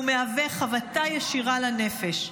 והוא מהווה חבטה ישירה לנפש.